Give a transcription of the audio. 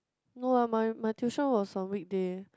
no lah my my tuition was on weekday